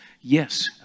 yes